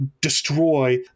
destroy